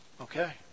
Okay